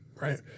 right